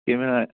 camera